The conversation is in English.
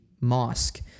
mosque